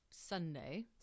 Sunday